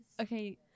Okay